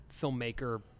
filmmaker